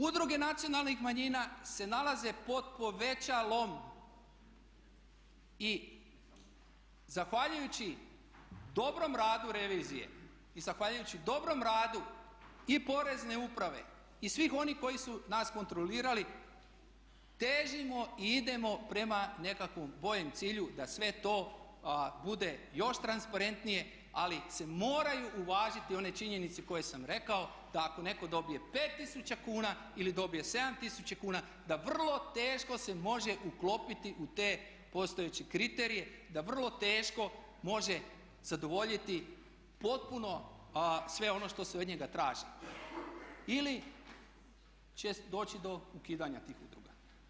Udruge nacionalnih manjina se nalaze pod povećalom i zahvaljujući dobrom radu revizije i zahvaljujući dobrom radu i Porezne uprave i svih onih koji su nas kontrolirali težimo i idemo prema nekakvom boljem cilju da sve to bude još transparentnije ali se moraju uvažiti one činjenice koje sam rekao da ako netko dobije 5000 kuna ili dobije 7000 kuna da vrlo teško se može uklopiti u te postojeće kriterije, da vrlo teško može zadovoljiti potpuno sve ono što se od njega traži ili će doći do ukidanja tih udruga.